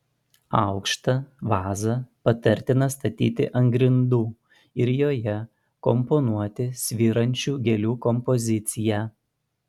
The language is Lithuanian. aukštą vazą patartina statyti ant grindų ir joje komponuoti svyrančių gėlių kompoziciją